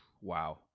Wow